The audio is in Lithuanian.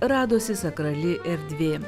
radosi sakrali erdvė